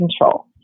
control